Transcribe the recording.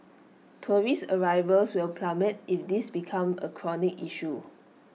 tourist arrivals will plummet if this becomes A chronic issue